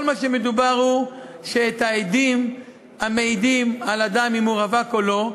כל מה שמדובר הוא שאת העדים המעידים על אדם אם הוא רווק או לא,